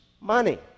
money